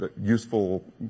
useful